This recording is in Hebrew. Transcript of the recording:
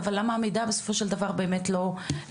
אבל למה עניין העברת המידע בסופו של דבר לא עובד?